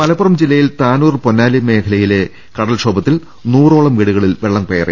മലപ്പുറം ജില്ലയിൽ താനൂർ പൊന്നാനി മേഖലയിലെ കടൽക്ഷോഭ ത്തിൽ നൂറോളം വീടുകളിൽ വെള്ളംകയറി